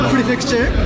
Prefecture